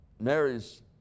Mary's